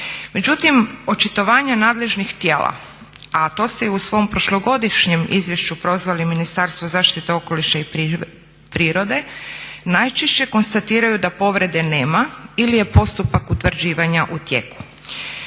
Međutim, očitovanja nadležnih tijela a to ste i u svom prošlogodišnjem izvješću prozvali Ministarstvo zaštite okoliša i prirode najčešće konstatiraju da povrede nema ili je postupak utvrđivanja u tijeku.